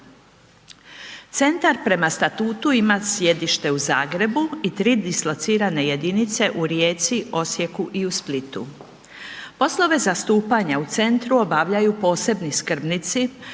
Centar prema statutu ima sjedište u Zagrebu i tri dislocirane jedinice u Rijeci, Osijeku i u Splitu. Poslove zastupanja u centru obavljaju posebni skrbnici,